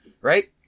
right